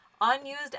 unused